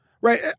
Right